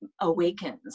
awakens